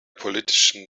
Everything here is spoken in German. politischen